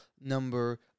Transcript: number